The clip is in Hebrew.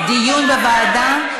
דיון בוועדה?